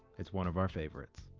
it's one of our favorites.